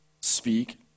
speak